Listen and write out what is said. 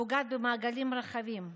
הפוגעת במעגלים רחבים.